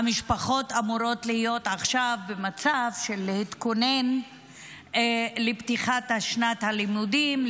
והמשפחות אמורות להיות עכשיו במצב של להתכונן לפתיחת שנת הלימודים,